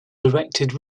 directed